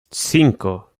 cinco